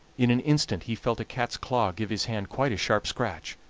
in an instant he felt a cat's claw give his hand quite a sharp scratch,